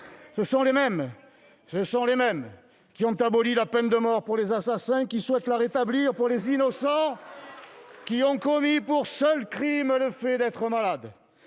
Ce sont les mêmes qui ont aboli la peine de mort pour les assassins qui souhaitent la rétablir pour les innocents dont le seul crime est d'être malades.